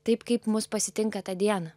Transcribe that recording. taip kaip mus pasitinka tą dieną